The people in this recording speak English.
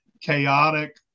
chaotic